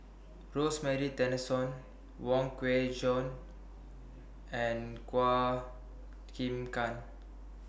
Rosemary Tessensohn Wong Kwei Cheong and Chua Chim Kang